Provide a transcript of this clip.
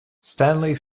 stanley